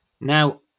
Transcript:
now